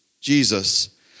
Jesus